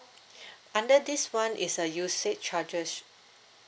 under this one is a usage charges